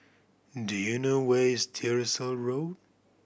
do you know where is Tyersall Road